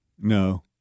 No